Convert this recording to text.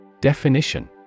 Definition